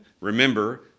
remember